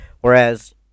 Whereas